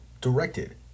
directed